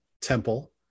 temple